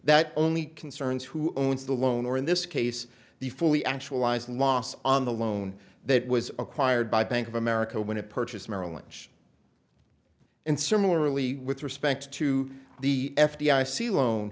that only concerns who owns the loan or in this case the fully actualized loss on the loan that was acquired by bank of america when it purchased merrill lynch and similarly with respect to the f d i c loan